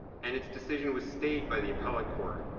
and it's decision was stayed by the appellate court.